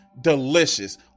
delicious